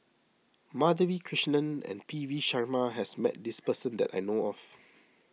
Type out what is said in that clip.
Madhavi Krishnan and P V Sharma has met this person that I know of